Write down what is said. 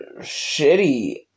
shitty